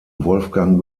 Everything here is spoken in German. wolfgang